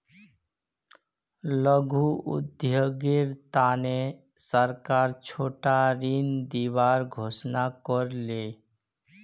लघु उद्योगेर तने सरकार छोटो ऋण दिबार घोषणा कर ले